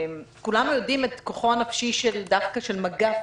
כולנו יודעים את כוחו הנפשי דווקא של מגע פיזי,